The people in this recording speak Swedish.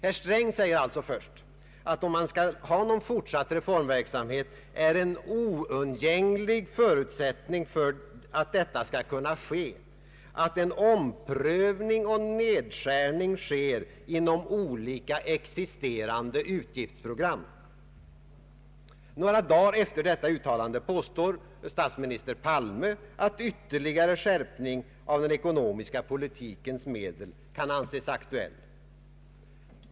Herr Sträng säger alltså först att om man skall ha någon fortsatt reform verksamhet, är ”en oundgänglig förutsättning för att detta skall kunna ske att en omprövning och nedskärning sker inom olika existerande utgiftsprogram”. Några dagar efter detta uttalande påstår statsminister Palme, att ytterligare skärpning av den ekonomiska politikens medel kan anses aktuell.